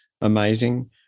amazing